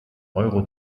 euro